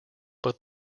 but